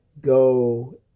go